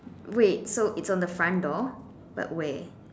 wait so it's on the front door but where